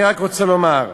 אני רק רוצה לומר: